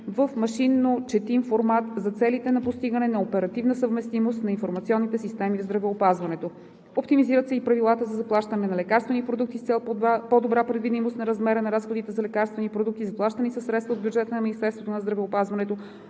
в машинночетим формат, за целите на постигане на оперативна съвместимост на информационните системи в здравеопазването. Оптимизират се и правилата за заплащане на лекарствени продукти с цел по-добра предвидимост на размера на разходите за лекарствени продукти, заплащани със средства от бюджета на Министерството на здравеопазването.